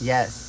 Yes